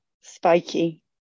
spiky